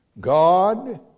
God